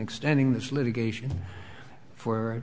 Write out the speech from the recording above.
extending this litigation for